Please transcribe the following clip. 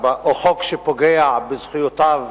או חוק שפוגע בזכויותיו